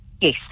Yes